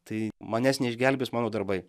tai manęs neišgelbės mano darbai